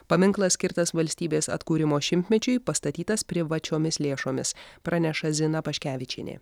paminklas skirtas valstybės atkūrimo šimtmečiui pastatytas privačiomis lėšomis praneša zina paškevičienė